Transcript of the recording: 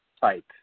type